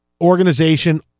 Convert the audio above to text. organization